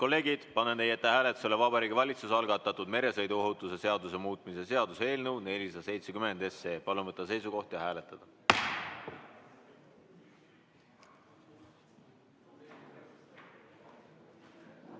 kolleegid, panen hääletusele Vabariigi Valitsuse algatatud meresõiduohutuse seaduse muutmise seaduse eelnõu 470. Palun võtta seisukoht ja hääletada!